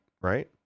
right